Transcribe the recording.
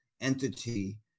entity